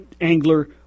angler